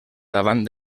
davant